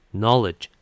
,knowledge